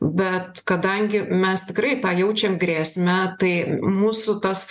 bet kadangi mes tikrai tą jaučiam grėsmę tai mūsų tas